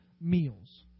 meals